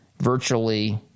virtually